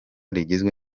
rigizwe